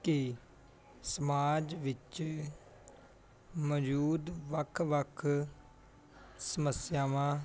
ਕਿ ਸਮਾਜ ਵਿੱਚ ਮੌਜੂਦ ਵੱਖ ਵੱਖ ਸਮੱਸਿਆਵਾਂ